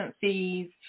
fees